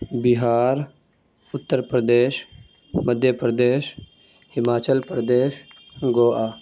Bihar Uttar Pradesh Madhya Pradesh Himachal Pradesh Goa